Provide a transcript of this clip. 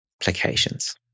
applications